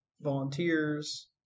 volunteers